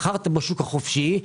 מכרת בשוק החופשי,